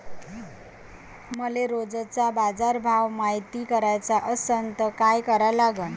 मले रोजचा बाजारभव मायती कराचा असन त काय करा लागन?